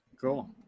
Cool